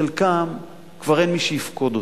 חלקם כבר אין מי שיפקוד אותם.